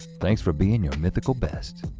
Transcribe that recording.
thanks for being your mythical best.